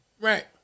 Right